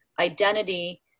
identity